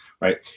right